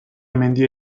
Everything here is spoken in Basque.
mendia